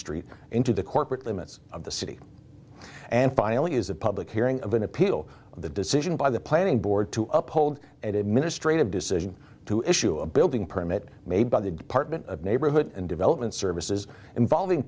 street into the corporate limits of the city and finally is a public hearing of an appeal the decision by the planning board to uphold and administrate of decision to issue a building permit made by the department of neighborhood and development services involving